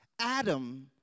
Adam